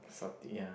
suck ya